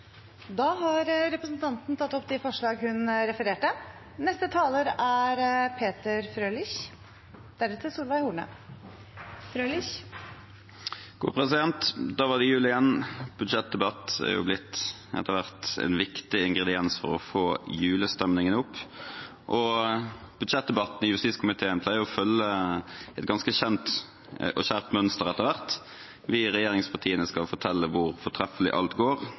Da var det jul igjen. Budsjettdebatt er jo etter hvert blitt en viktig ingrediens for å få julestemningen opp. Budsjettdebatten i justiskomiteen pleier å følge et ganske kjent og kjært mønster etter hvert. Vi i regjeringspartiene skal fortelle hvor fortreffelig alt går,